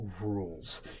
rules